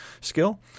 skill